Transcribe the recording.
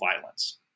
violence